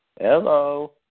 Hello